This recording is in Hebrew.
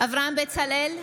אברהם בצלאל,